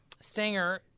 Stanger